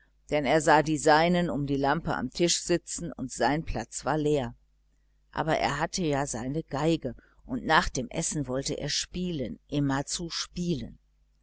denn er sah die seinen um die lampe am tisch sitzen und sein platz war leer aber er hatte ja seine violine nach dem essen wollte er spielen immerzu spielen